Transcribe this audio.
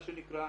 מה שנקרא,